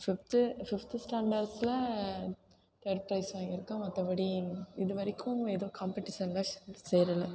fifth fifth ஸ்டாண்டர்ட்ஸில் third prize வாங்கியிருக்கேன் மற்றபடி இதுவரைக்கும் எதுவும் காம்பட்டீஷனில் சே சேரலை